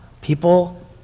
people